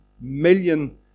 million